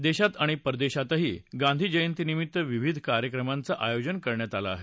देशात आणि परदेशातही गांधीजयंतीनिमित्त विविध कार्यक्रमांचं आयोजन करण्यात आलं आहे